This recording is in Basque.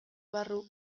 barru